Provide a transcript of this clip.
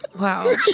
Wow